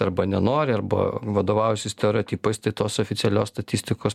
arba nenori arba vadovaujasi stereotipais tai tos oficialios statistikos